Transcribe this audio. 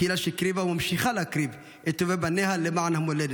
קהילה שהקריבה וממשיכה להקריב את טובי בניה למען המולדת.